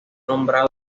nombrado